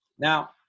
Now